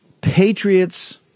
Patriots